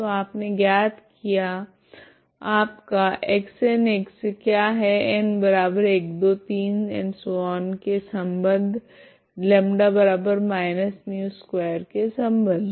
तो आपने ज्ञात किया आपका Xn क्या है n123 के सम्बद्ध λ−μ2 के सम्बद्ध